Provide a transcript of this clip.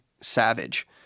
Savage